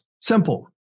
simple